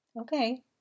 Okay